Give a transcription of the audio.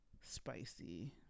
spicy